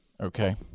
okay